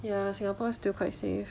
ya singapore still quite safe